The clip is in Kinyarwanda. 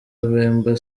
bemba